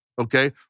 okay